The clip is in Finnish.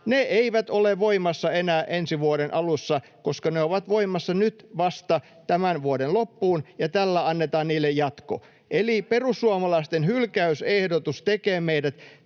eivät ole voimassa enää ensi vuoden alussa, koska ne ovat nyt voimassa vasta tämän vuoden loppuun ja tällä annetaan niille jatko. Eli perussuomalaisten hylkäysehdotus tekee meidät